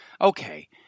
okay